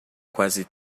quase